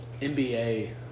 NBA